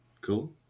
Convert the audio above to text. Cool